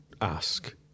ask